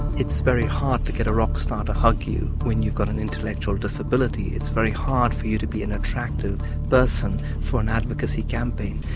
it's very hard to get a rock star to hug you when you've got an intellectual disability. it's very hard for you to be an attractive person for an advocacy campaign,